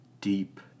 deep